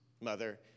mother